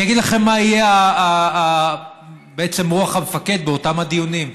אני אגיד לכם מה תהיה רוח המפקד באותם הדיונים: